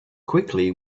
quickly